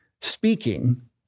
speaking